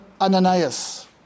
Ananias